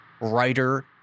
writer